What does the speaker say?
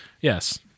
Yes